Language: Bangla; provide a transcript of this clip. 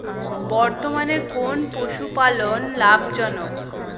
বর্তমানে কোন পশুপালন লাভজনক?